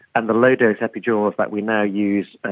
and the low dose epidurals that we now use, and